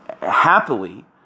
happily